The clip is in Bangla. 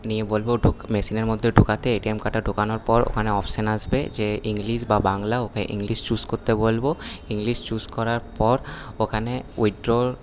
নিয়ে বলবো মেসিনের মধ্যে ঢোকাতে এটিএম কার্ডটা ঢোকানোর পর ওখানে অপশান আসবে যে ইংলিশ বা বাংলা ওকে ইংলিশ চুজ করতে বলবো ইংলিশ চুজ করার পর ওখানে উইড্রল